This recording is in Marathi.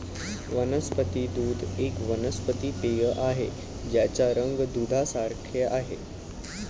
वनस्पती दूध एक वनस्पती पेय आहे ज्याचा रंग दुधासारखे आहे